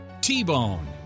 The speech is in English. T-Bone